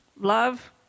Love